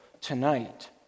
tonight